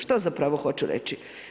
Što zapravo hoću reći?